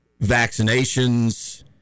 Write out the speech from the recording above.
vaccinations